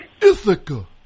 Ithaca